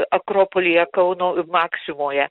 akropolyje kauno maksimoje